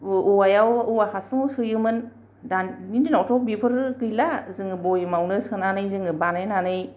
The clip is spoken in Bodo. औवायाव औवा हासुंआव सोयोमोन दानि दिनावथ' बेफोर गैला जोङो बयेमावनो सोनानै जोङो बानायनानै